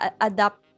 adapt